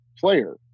player